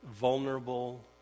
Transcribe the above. vulnerable